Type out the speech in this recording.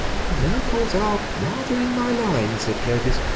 miracles are rather in my line, said clovis.